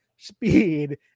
Speed